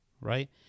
Right